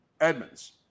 Edmonds